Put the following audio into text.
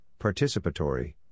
participatory